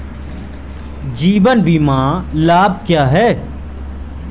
जीवन बीमा लाभ क्या हैं?